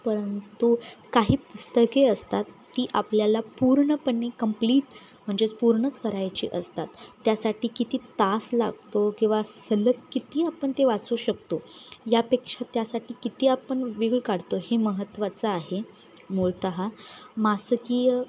परंतु काही पुस्तके असतात ती आपल्याला पूर्णपणे कम्प्लीट म्हणजेच पूर्णच करायची असतात त्यासाठी किती तास लागतो किंवा सलग किती आपण ते वाचू शकतो यापेक्षा त्यासाठी किती आपण वेळ काढतो हे महत्त्वाचं आहे मूळत मासकीय